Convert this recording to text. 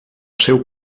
seu